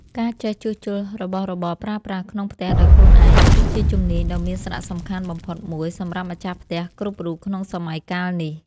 ការចេះជួសជុលរបស់របរប្រើប្រាស់ក្នុងផ្ទះដោយខ្លួនឯង គឺជាជំនាញដ៏មានសារៈសំខាន់បំផុតមួយសម្រាប់ម្ចាស់ផ្ទះគ្រប់រូបក្នុងសម័យកាលនេះ។